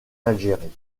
algérie